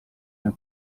teha